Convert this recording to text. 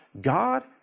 God